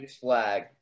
flag